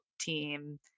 team